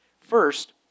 first